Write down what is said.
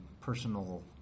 personal